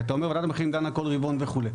כי אתה אומר ועדת המחירים דנה כל רבעון וכו'.